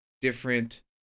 different